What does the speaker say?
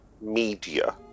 media